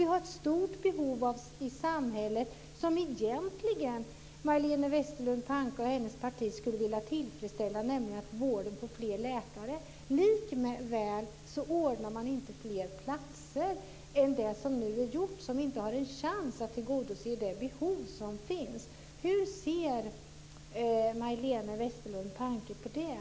Vi har också ett stort behov i samhället, som Majléne Westerlund Panke och hennes parti egentligen skulle vilja tillfredsställa, nämligen att vården får fler läkare. Likväl ordnar man inte fler platser än som har gjorts, så att vi inte har en chans att tillgodose det behov som finns. Hur ser Majléne Westerlund Panke på det?